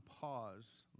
pause